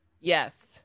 Yes